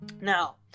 now